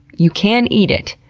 you can eat it,